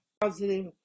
positive